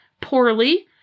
poorly